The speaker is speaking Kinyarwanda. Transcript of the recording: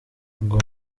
ngo